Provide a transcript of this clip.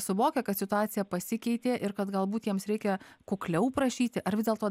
suvokia kad situacija pasikeitė ir kad galbūt jiems reikia kukliau prašyti ar vis dėlto